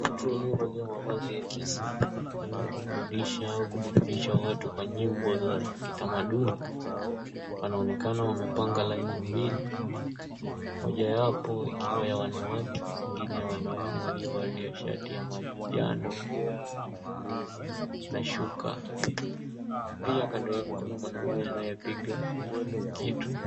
Watu waliovalia mavazi ya wanaoburudiwha watu kwa nyimbo za kitamaduni, wanaonekana wamepangwa laini mbili, mojawapo ikiwa ni ya wanawake ingine ya wanaume waliovalia shati ya manjano na shuka. Pia kando yake kuna mwanaume anayepiga kitu.